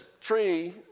tree